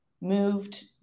moved